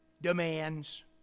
demands